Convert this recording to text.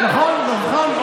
נכון, נבחן.